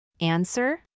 Answer